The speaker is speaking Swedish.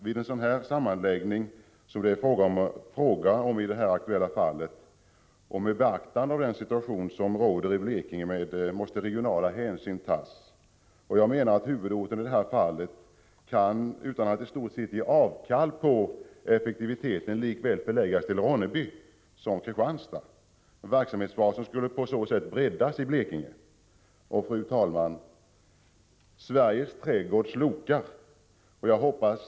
Vid en sådan sammanvägning som det är fråga om i det aktuella fallet måste — med beaktande av den situation som råder i Blekinge — regionala hänsyn tas. Jag menar att huvudorten i detta fall kan förläggas till Ronneby lika väl som till Kristianstad, utan att man i stort sett ger avkall på effektiviteten. Verksamhetsbasen skulle på så sätt breddas i Blekinge. Fru talman! Sveriges trädgård slokar.